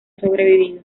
sobrevivido